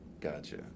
Gotcha